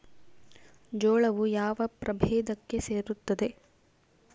ಜೋಳವು ಯಾವ ಪ್ರಭೇದಕ್ಕೆ ಸೇರುತ್ತದೆ?